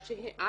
נכון.